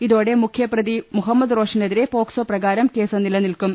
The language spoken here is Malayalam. ഇതോടെ മുഖ്യപ്രതി മുഹമ്മദ് റോഷനെതിരെ പോക്സോ പ്രകാര്യം കേസ്സ് നിലനിൽക്കും